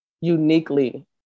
uniquely